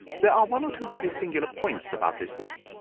there are one or two very singular points about this room.